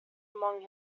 among